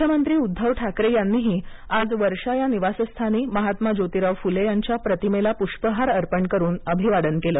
मुख्यमंत्री उद्धव ठाकरे यांनी आज वर्षा या निवासस्थानी महात्मा जोतिराव फुले यांच्या प्रतिमेला पुष्पहार अर्पण करून अभिवादन केलं